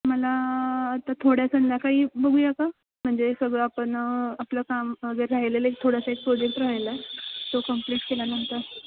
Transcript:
मला आता थोड्या संध्याकाळी बघूया का म्हणजे सगळं आपण आपलं काम वगैरे राहिलेलं एक थोडासा एक प्रोजेक्ट राहिला आहे तो कंप्लीट केल्यानंतर